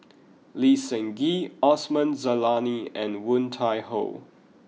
Lee Seng Gee Osman Zailani and Woon Tai Ho